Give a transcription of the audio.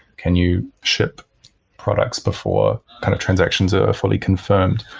can you ship products before kind of transactions are fully confirmed?